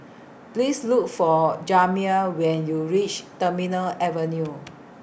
Please Look For Jamir when YOU REACH Terminal Avenue